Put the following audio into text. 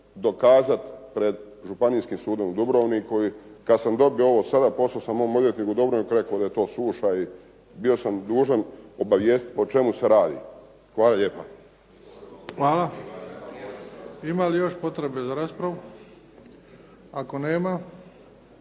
dokazati pred Županijskim sudom u Dubrovniku. I kad sam dobio ovo sada pošao sam mom odvjetniku u Dubrovnik, on je rekao da je to suša i bio sam dužan obavijestiti o čemu se radi. Hvala lijepa. **Bebić, Luka (HDZ)** Hvala. Ima li još potrebe za raspravom? Ako nema,